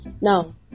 Now